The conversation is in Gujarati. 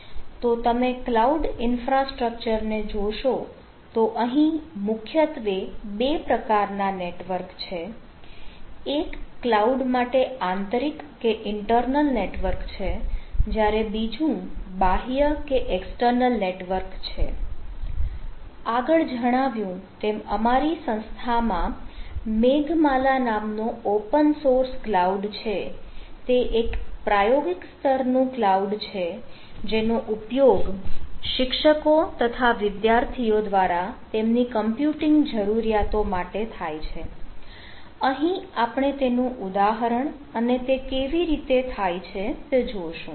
જો તમે ક્લાઉડ ઈન્ફ્રાસ્ટ્રક્ચરને જોશો તો અહીં મુખ્યત્વે બે પ્રકારના નેટવર્ક છે એક કલાઉડ માટે આંતરિક કે ઇન્ટર્નલ નેટવર્ક છે જ્યારે બીજું બાહ્ય કે એક્સટર્નલ નેટવર્ક છે આગળ જણાવ્યું તેમ અમારી સંસ્થામાં મેઘમાલા નામનો ઓપન સોર્સ ક્લાઉડ છે તે એક પ્રાયોગિક સ્તરનું ક્લાઉડ છે જેનો ઉપયોગ શિક્ષકો તથા વિદ્યાર્થીઓ દ્વારા તેમની કમ્પ્યુટિંગ જરૂરિયાતો માટે થાય છે અહીં આપણે તેનું ઉદાહરણ અને તે કેવી રીતે થાય છે તે જોશું